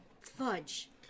fudge